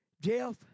Jeff